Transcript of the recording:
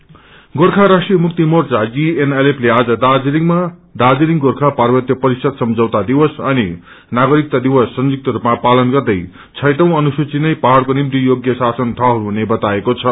DGHC Gorkha Rashtriya Mukti Morcha ले आज दार्जीलिङमा दार्जीलिङ गोर्खा पर्वत्य परिषद सम्झौता दिवस अनि नागरिकता दिवस संयुक्त स्पमा पालन गर्दै छैटौ अनुसूचि नै पहाइको निम्ति योगय शासन ठहर इनु बताइएण्को छ